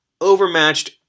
overmatched